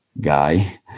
guy